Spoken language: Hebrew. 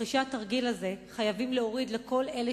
תרחישי התרגיל הזה חייבים להוריד לכל אלה